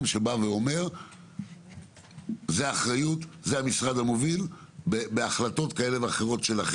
שבא ואומר מי המשרד המוביל ועל מי האחריות.